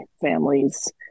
families